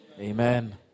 Amen